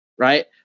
Right